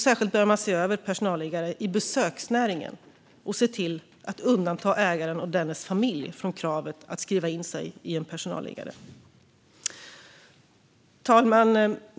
Särskilt bör man bör se över personalliggare i besöksnäringen och se till att undanta ägaren och dennes familj från kravet att skriva in sig i en personalliggare. Fru talman!